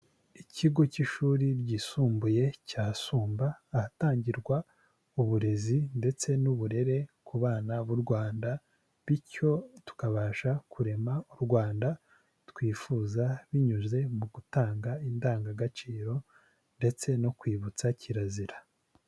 Ikigo cy'ishuri ryisumbuye cya Sumba, ahatangirwa uburezi ndetse n'uburere ku bana b'u Rwanda bityo tukabasha kurema u Rwanda twifuza, binyuze mu gutanga indangagaciro ndetse no kwibutsa kirazira.